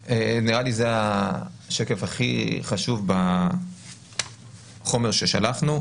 נראה לי שזה השקף הכי חשוב בחומר ששלחנו: